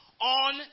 on